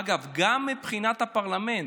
אגב, גם מבחינת הפרלמנט.